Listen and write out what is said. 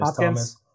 Thomas